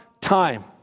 time